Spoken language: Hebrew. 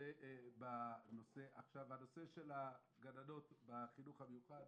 באשר לגננות בחינוך המיוחד